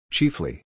Chiefly